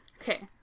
Okay